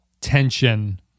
tension